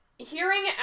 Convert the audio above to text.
Hearing